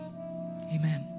amen